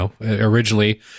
Originally